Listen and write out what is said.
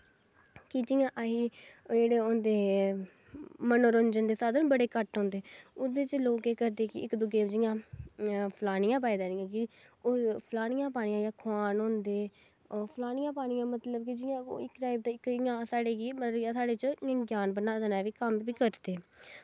कि जियां असें ओह् होंदे हे मनोंरंजन दे साधन बड़े घट्ट होंदे हे ओह्दे च लोग केह् करदे हे की इक दुए गी जियां फलौनियां पाई लैनियां कि फलौनियां पानियां जां खोआन होंदे फलौनियां पानियां मतलव की जियां इक इयां साढ़े इयां मतलव कि साढ़े च इयां जान बनादें नै ते कम्म बी करदे